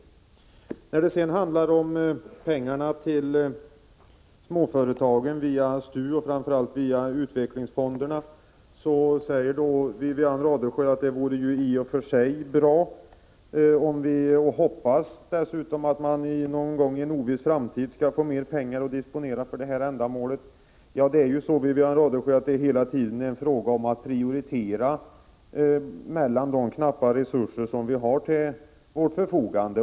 Wivi-Anne Radesjö säger att det vore bra med mera pengar till småföretagen via STU och framför allt via utvecklingsfonderna, och hon hoppas att man en gång i en oviss framtid skall kunna få mer pengar att disponera för detta ändamål. Ja, Wivi-Anne Radesjö, det är hela tiden fråga om att prioritera, eftersom vi har knappa resurser till vårt förfogande.